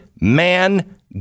man